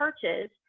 churches